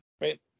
Right